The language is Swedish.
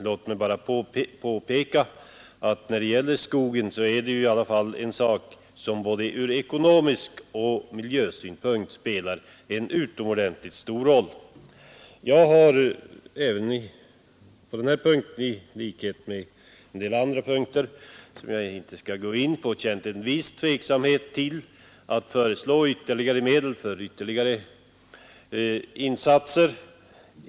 Jag vill bara påpeka att skogen i alla fall är någonting som ur både ekonomisk synpunkt och miljösynpunkt spelar en utomordentligt stor roll. Jag har på den här punkten liksom på en del andra punkter, som jag inte skall gå in på, känt en viss tveksamhet inför att föreslå medel för ytterligare insatser.